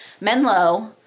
Menlo